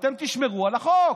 אתם תשמרו על החוק,